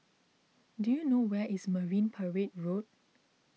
do you know where is Marine Parade Road